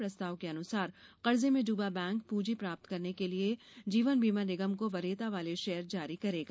प्रस्ताव के अनुसार कर्जे में डूबा बैंक पूजी प्राप्त करने के लिए जीवन बीमा निगम को वरीयता वाले शेयर जारी करेगा